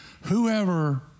Whoever